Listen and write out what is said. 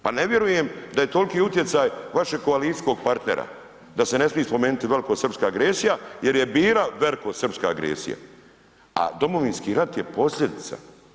Pa ne vjerujem da je toliki utjecaj vašeg koalicijskog partnera, da se ne smije spomenuti velikosrpska agresija jer je bila velikosrpska agresija, a Domovinski rat je posljedica.